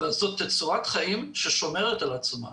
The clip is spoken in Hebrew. אבל זאת תצורת חיים ששומרת על עצמה.